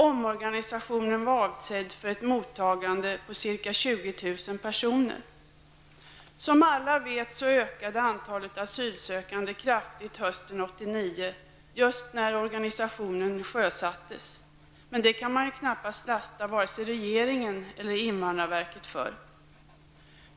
Omorganisationen var avsedd för ett mottagande av ca 20 000 personer. Som alla vet ökade antalet asylsökande kraftigt hösten 1989, just när organisationen sjösattes, men det kan man knappast lasta vare sig regeringen eller invandrarverket för.